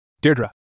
Deirdre